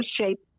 shape